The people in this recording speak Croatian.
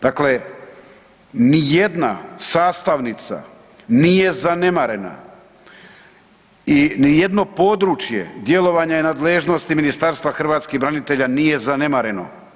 Dakle, nijedna sastavnica nije zanemarena i nijedno područje, djelovanje nadležnosti Ministarstva hrvatskih branitelja nije zanemareno.